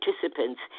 participants